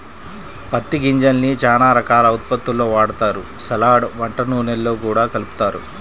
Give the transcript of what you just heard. పత్తి గింజల్ని చానా రకాల ఉత్పత్తుల్లో వాడతారు, సలాడ్, వంట నూనెల్లో గూడా కలుపుతారు